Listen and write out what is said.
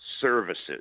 Services